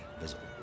visible